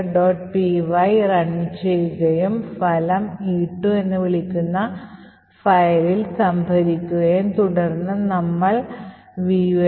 py run ചെയ്യുകയും ഫലം e2 എന്ന് വിളിക്കുന്ന ഈ ഫയലിൽ സംഭരിക്കുകയും തുടർന്ന് നമ്മൾ vuln